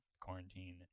quarantine